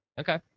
Okay